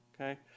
okay